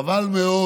חבל מאוד